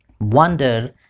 wonder